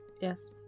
Yes